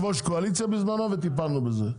הייתי יושב ראש קואליציה בזמנו וטיפלנו בזה.